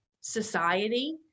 society